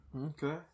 Okay